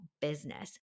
business